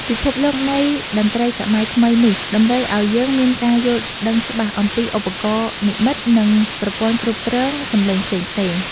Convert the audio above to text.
ពិភពលោកនៃតន្ត្រីសម័យថ្មីនេះតម្រូវឱ្យយើងមានការយល់ដឹងច្បាស់អំពីឧបករណ៍និម្មិត និង ប្រព័ន្ធគ្រប់គ្រងសំឡេងផ្សេងៗ។